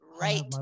right